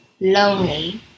lonely